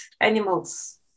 animals